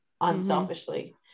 unselfishly